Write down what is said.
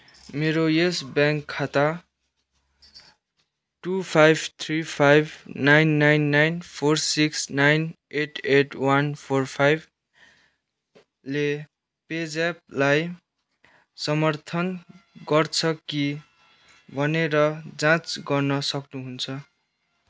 मेरो Yes Bank खाता two five three five nine nine nine four six nine eight eight one four फाइभले पे ज्यापलाई समर्थन गर्छ कि भनेर जाँच गर्न सक्नुहुन्छ